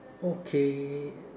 okay